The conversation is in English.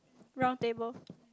round table